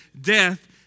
death